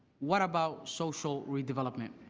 what about social redevelopment.